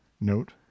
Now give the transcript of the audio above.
note